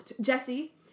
Jesse